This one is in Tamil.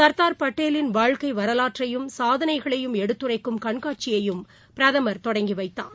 சர்தார் பட்டேலின் வாழக்கைவரலாற்றையும் சாதனைகளையும் எடுத்துரைக்கும் கண்காட்சியையும் பிரதமர் தொடங்கிவைத்தார்